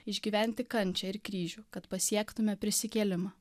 išgyventi kančią ir kryžių kad pasiektume prisikėlimą